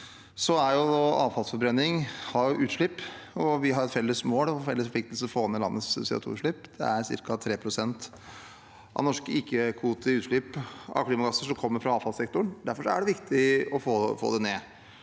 Avfallsforbrenning har utslipp, og vi har et felles mål og en felles forpliktelse om å få ned landets CO2-utslipp. Cirka 3 pst. av norske ikke-kvotepliktige utslipp av klimagasser kommer fra avfallssektoren. Derfor er det viktig å få det ned.